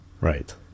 Right